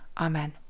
Amen